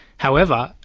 however,